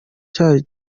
cyari